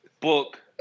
book